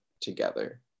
together